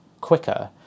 quicker